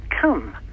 come